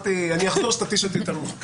אני אחזור, שתתיש אותי יותר.